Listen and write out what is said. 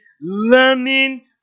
learning